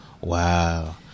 Wow